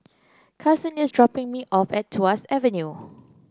Kason is dropping me off at Tuas Avenue